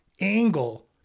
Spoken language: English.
angle